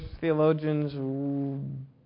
theologians